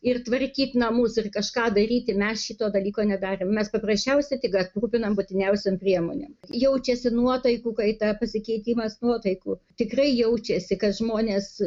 ir tvarkyt namus ir kažką daryti mes šito dalyko nedarėm mes paprasčiausiai tik aprūpinam būtiniausiom priemonėm jaučiasi nuotaikų kaita pasikeitimas nuotaikų tikrai jaučiasi kad žmonės